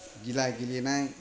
गिला गेलेनाय